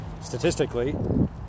statistically